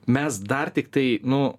mes dar tiktai nu